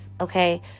okay